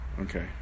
Okay